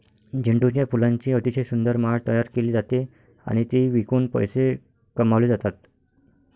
झेंडूच्या फुलांची अतिशय सुंदर माळ तयार केली जाते आणि ती विकून पैसे कमावले जातात